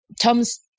Tom's